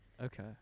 Okay